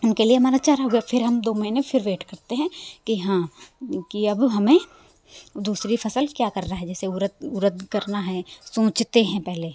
उनके लिए हमारा चारा हो गया फिर हम दो महीने फिर वेट करते हैं कि हाँ कि अब हमें दूसरी फसल क्या करना हैं जैसे उरद उरद करना है सोचते हैं पहले